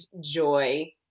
joy